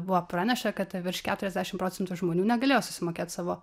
buvo praneša kad virš keturiasdešim procentų žmonių negalėjo susimokėt savo